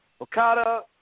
Okada